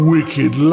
Wicked